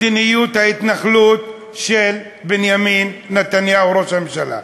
מדיניות ההתנחלות של בנימין נתניהו ראש הממשלה.